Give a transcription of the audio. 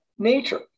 nature